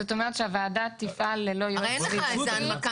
זאת אומרת שהוועדה תפעל ללא יועץ סביבתי.